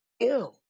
Ew